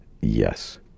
yes